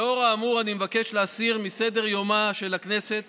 לאור האמור, אני מבקש להסיר מסדר-יומה של הכנסת